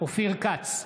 אופיר כץ,